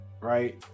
right